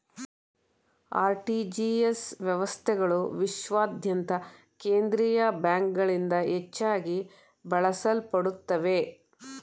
RTGS ವ್ಯವಸ್ಥೆಗಳು ವಿಶ್ವಾದ್ಯಂತ ಕೇಂದ್ರೀಯ ಬ್ಯಾಂಕ್ಗಳಿಂದ ಹೆಚ್ಚಾಗಿ ಬಳಸಲ್ಪಡುತ್ತವೆ